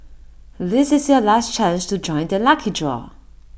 this is your last chance to join the lucky draw